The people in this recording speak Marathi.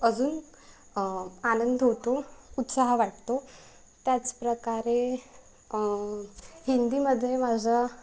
अजून आनंद होतो उत्साह वाटतो त्याचप्रकारे हिंदीमध्ये माझं